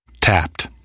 Tapped